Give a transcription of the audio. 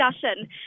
discussion